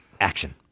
Action